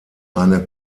eine